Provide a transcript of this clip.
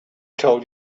told